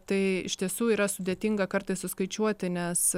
tai iš tiesų yra sudėtinga kartais suskaičiuoti nes